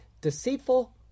deceitful